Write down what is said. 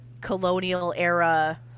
colonial-era